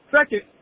Second